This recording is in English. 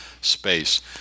space